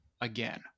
again